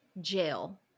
jail